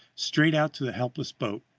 straight out to the helpless boat,